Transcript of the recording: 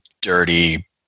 dirty